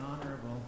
honorable